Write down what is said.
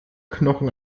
knochen